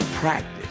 practice